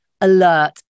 alert